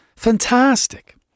Fantastic